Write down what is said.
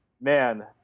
Man